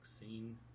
scene